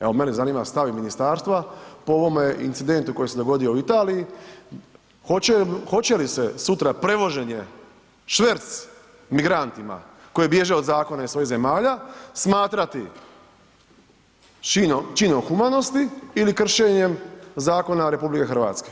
Evo mene zanima stav i ministarstva po ovome incidentu koji se dogodio u Italiji, hoće li se sutra prevoženje, šverc, migrantima koji bježe od zakona i svojih zemalja smatrati činom humanosti ili kršenjem zakona RH.